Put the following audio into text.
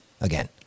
again